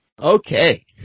Okay